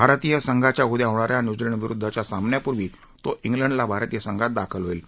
भारतीय संघाच्या उद्या होणाऱ्या न्यूझीलंडविरुद्धच्या सामन्यापूर्वी तो क्लंडला भारतीय संघात दाखल होईल